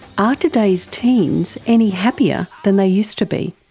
are today's teens any happier than they used to be?